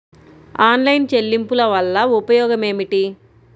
Online చెల్లింపుల వల్ల ఉపయోగమేమిటీ?